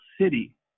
city